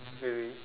okay